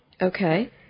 Okay